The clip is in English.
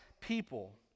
people